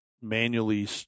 manually